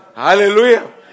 Hallelujah